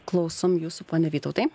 klausom jūsų pone vytautai